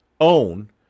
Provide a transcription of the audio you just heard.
own